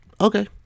Okay